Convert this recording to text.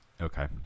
Okay